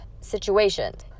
situations